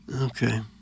Okay